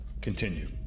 Continue